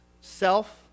Self